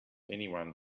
anyone